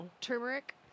turmeric